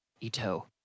Ito